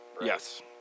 Yes